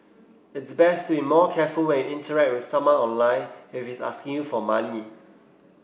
it's best to be more careful when interact with someone online if he's asking you for money